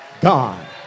God